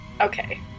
Okay